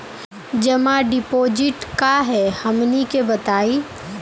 जमा डिपोजिट का हे हमनी के बताई?